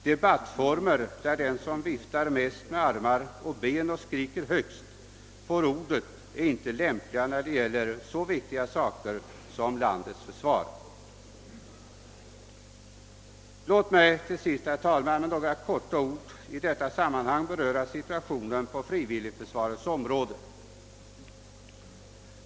Debattformer där den som viftar mest med armar och ben och skriker högst får ordet är inte lämpliga när det gäller så viktiga saker som landets försvar. Låt mig till sist, herr talman, med några få ord beröra situationen på frivilligförsvarets område.